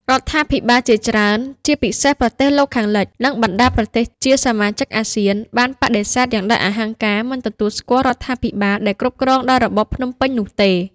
រដ្ឋាភិបាលជាច្រើន ជាពិសេសប្រទេសលោកខាងលិច និងបណ្ដាប្រទេសជាសមាជិកអាស៊ាន បានបដិសេធយ៉ាងដាច់អហង្ការមិនទទួលស្គាល់រដ្ឋាភិបាលដែលគ្រប់គ្រងដោយរបបភ្នំពេញនោះទេ។